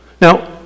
Now